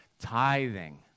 tithing